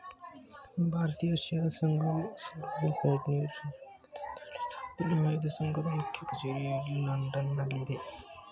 ಭಾರತೀಯ ಚಹಾ ಸಂಘವು ಸಾವಿರ್ದ ಯೆಂಟ್ನೂರ ಎಂಬತ್ತೊಂದ್ರಲ್ಲಿ ಸ್ಥಾಪನೆ ಆಯ್ತು ಸಂಘದ ಮುಖ್ಯ ಕಚೇರಿಯು ಲಂಡನ್ ನಲ್ಲಯ್ತೆ